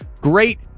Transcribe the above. great